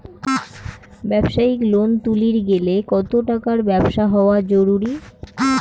ব্যবসায়িক লোন তুলির গেলে কতো টাকার ব্যবসা হওয়া জরুরি?